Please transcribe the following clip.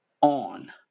on